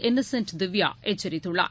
Innocent திவ்யாஎச்சரித்துள்ளார்